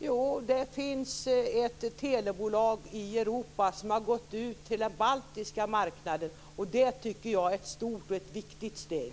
Jo, det finns ett telebolag i Europa som har gått ut till den baltiska marknaden, och det tycker jag är ett stort och viktigt steg.